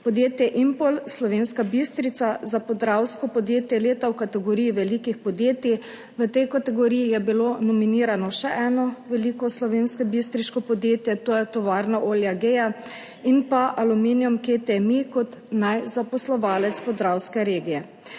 Podjetje Impol 2000 za podravsko podjetje leta v kategoriji velikih podjetij, v tej kategoriji je bilo nominirano še eno veliko slovenjebistriško podjetje, to je Tovarna olja Gea in pa Aluminium Kety Emmi kot naj zaposlovalec podravske regije.